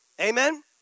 Amen